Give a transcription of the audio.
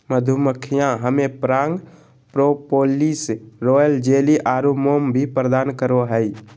मधुमक्खियां हमें पराग, प्रोपोलिस, रॉयल जेली आरो मोम भी प्रदान करो हइ